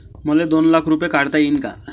मले दोन लाख रूपे काढता येईन काय?